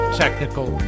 technical